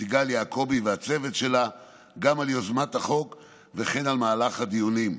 סיגל יעקבי והצוות שלה גם על יוזמת החוק וגם על מהלך הדיונים.